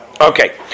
Okay